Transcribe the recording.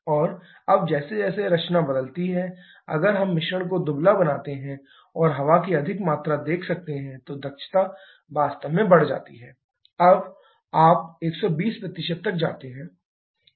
और अब जैसे जैसे रचना बदलती है अगर हम मिश्रण को दुबला बनाते हैं और हवा की अधिक मात्रा देख सकते हैं तो दक्षता वास्तव में बढ़ जाती है जब आप 120 तक जाते हैं